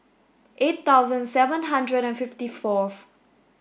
eight thousand seven hundred and fifty fourth